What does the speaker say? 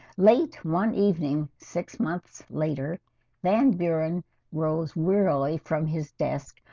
late one evening six months later van buren rose wearily from his desk,